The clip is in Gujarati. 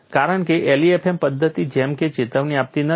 કારણ કે LEFM પદ્ધતિ જેમ કે ચેતવણી આપતી નથી